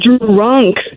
drunk